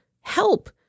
Help